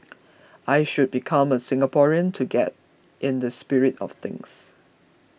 I should become a Singaporean to get in the spirit of things